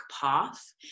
path